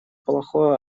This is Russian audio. плохое